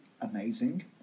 amazing